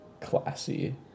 classy